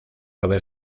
haber